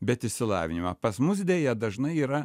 bet išsilavinimą pas mus deja dažnai yra